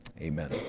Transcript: Amen